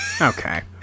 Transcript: Okay